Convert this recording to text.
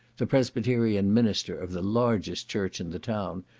the presbyterian minister of the largest church in the town,